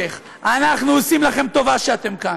שיח', אנחנו עושים לכם טובה שאתם כאן.